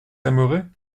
aimeraient